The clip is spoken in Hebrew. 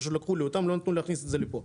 פשוט לקחו לי אותם ולא נתנו לי להכניס את זה לפה.